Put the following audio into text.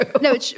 No